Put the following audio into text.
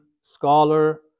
scholar